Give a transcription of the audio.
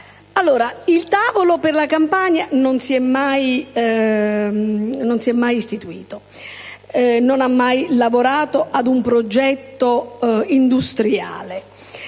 il tavolo per la Campania non è mai stato istituito: non ha mai lavorato ad un progetto industriale.